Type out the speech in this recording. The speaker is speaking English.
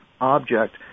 object